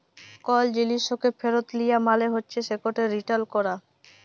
call জিলিসকে ফিরত লিয়া মালে হছে সেটকে রিটার্ল ক্যরা